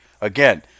Again